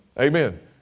Amen